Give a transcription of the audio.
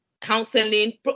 counseling